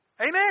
Amen